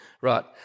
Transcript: right